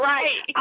Right